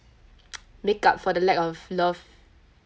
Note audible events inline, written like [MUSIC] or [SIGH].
[NOISE] make up for the lack of love